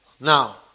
now